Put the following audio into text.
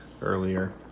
earlier